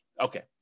okay